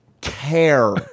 care